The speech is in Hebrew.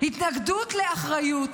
התנגדות לאחריות.